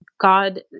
God